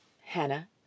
Hannah